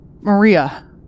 Maria